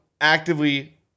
Actively